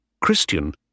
Christian